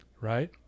right